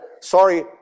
sorry